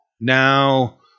now